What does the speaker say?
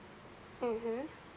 mmhmm